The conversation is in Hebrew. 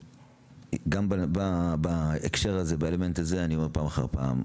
וגם בהקשר הזה אני אומר פעם אחר פעם,